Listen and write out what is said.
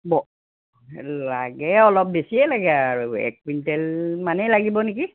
ব লাগে অলপ বেছিয়ে লাগে আৰু এক কুইণ্টেল মানেই লাগিব নেকি